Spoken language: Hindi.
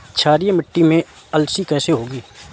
क्षारीय मिट्टी में अलसी कैसे होगी?